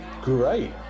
Great